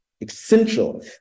essential